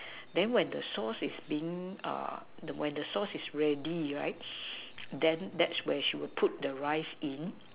then when the sauce is being um when the sauce is ready right then that's when she would put the rice in